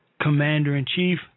Commander-in-Chief